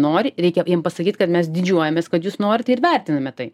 nori reikia jiem pasakyt kad mes didžiuojamės kad jūs norite ir vertiname tai